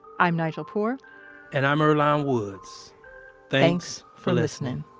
i'm nigel poor and i'm erline woods thanks for listening